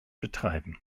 betreiben